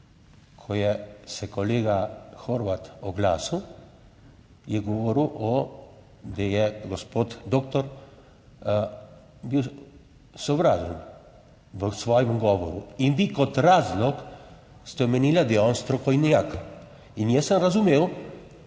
ko je se kolega Horvat oglasil, je govoril o, da je gospod doktor bil sovražen v svojem govoru in vi kot razlog ste omenili, da je on strokovnjak. In jaz sem razumel,